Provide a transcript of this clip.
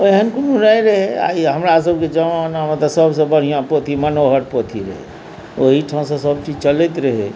ओहन कोनो नहि रहै हमरासबके जमानामे तऽ सबसँ बढ़िआ पोथी मनोहर पोथी रहै ओहीठामसँ सबकिछु चलैत रहै